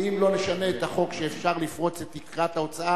ואם לא נשנה את החוק שאפשר לפרוץ את תקרת ההוצאה,